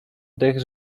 dech